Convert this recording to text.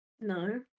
No